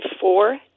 four